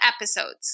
episodes